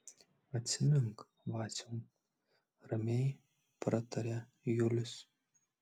atsimink vaciau ramiai prataria julius